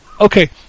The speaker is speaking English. Okay